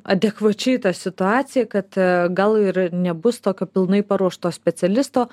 adekvačiai tą situaciją kad gal ir nebus tokio pilnai paruošto specialisto